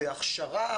בהכשרה,